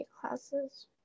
classes